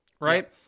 right